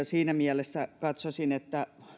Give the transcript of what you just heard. siinä mielessä katsoisin että